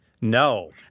No